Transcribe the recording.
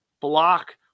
block